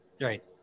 Right